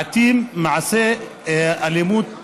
לעיתים מעשי אלימות אלה,